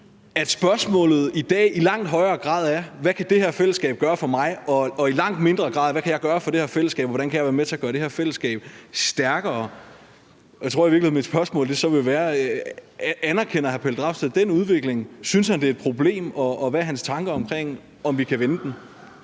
at spørgsmålet i dag i langt højere grad er: Hvad kan det her fællesskab gøre for mig? Det er i langt mindre grad: Hvad kan jeg gøre for det her fællesskab, og hvordan kan jeg være med til at gøre det her fællesskab stærkere? Jeg tror i virkeligheden, mit spørgsmål så vil være: Anerkender hr. Pelle Dragsted den udvikling? Synes han, det er et problem, og hvad er hans tanker om, hvorvidt vi kan vende den?